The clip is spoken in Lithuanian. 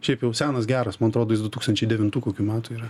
šiaip jau senas geras man atrodo jis du tūkstančiai devintų kokių metų yra